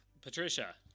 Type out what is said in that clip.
Patricia